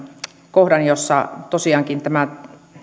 kohdan jossa tosiaankin tämä